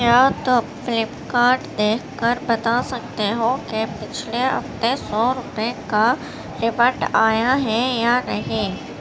کیا تم Flipkart دیکھ کر بتا سکتے ہو کہ پچھلے ہفتے سو روپے کا ریفنڈ آیا ہے یا نہیں